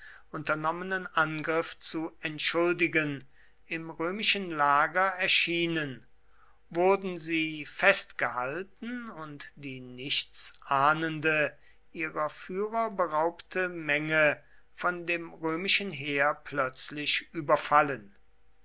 unternommenen angriff zu entschuldigen im römischen lager erschienen wurden sie festgehalten und die nichts ahnende ihrer führer beraubte menge von dem römischen heer plötzlich überfallen